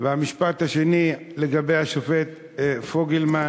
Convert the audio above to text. והמשפט השני לגבי השופט פוגלמן: